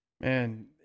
man